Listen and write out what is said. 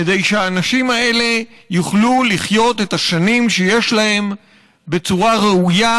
כדי שהאנשים האלה יוכלו לחיות את השנים שיש להם בצורה ראויה,